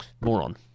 moron